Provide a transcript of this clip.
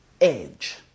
edge